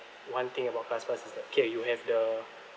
one thing about class pass is that okay you have the